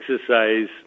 exercise